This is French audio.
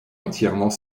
entièrement